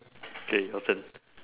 K your turn